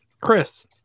Chris